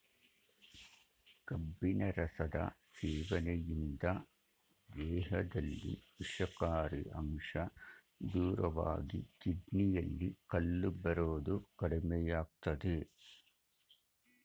ಕಬ್ಬಿನ ರಸದ ಸೇವನೆಯಿಂದ ದೇಹದಲ್ಲಿ ವಿಷಕಾರಿ ಅಂಶ ದೂರವಾಗಿ ಕಿಡ್ನಿಯಲ್ಲಿ ಕಲ್ಲು ಬರೋದು ಕಡಿಮೆಯಾಗ್ತದೆ